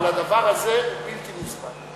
אבל הדבר הזה הוא בלתי נסבל.